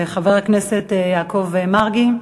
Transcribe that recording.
חבר הכנסת יעקב מרגי.